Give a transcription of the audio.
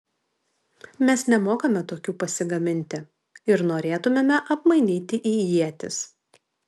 mes nemokame tokių pasigaminti ir norėtumėme apmainyti į ietis